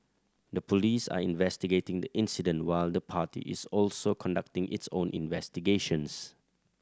the police are investigating the incident while the party is also conducting its own investigations